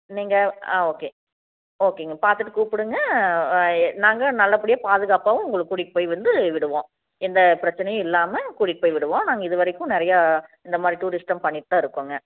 நீங்கள் ஆ ஓகே ஓகேங்க பார்த்துட்டு கூப்பிடுங்க நாங்கள் நல்லபடியாக பாதுகாப்பாகவும் கூட்டிகிட்டு போய் வந்து விடுவோம் எந்த பிரச்சினையும் இல்லாமல் கூட்டிகிட்டு போய் விடுவோம் நாங்கள் இதுவரைக்கும் நிறைய இந்த மாதிரி டூரிஸ்ட்டு பண்ணிகிட்டுதான் இருக்கோங்க